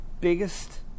biggest